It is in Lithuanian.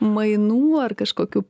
mainų ar kažkokių